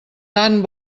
tant